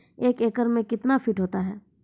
एक एकड मे कितना फीट होता हैं?